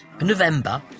November